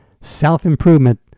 self-improvement